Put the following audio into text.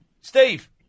Steve